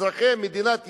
אזרחי מדינת ישראל,